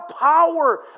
power